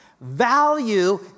Value